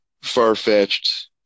far-fetched